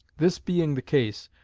this being the case,